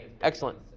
Excellent